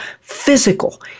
physical